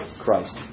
Christ